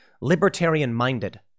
libertarian-minded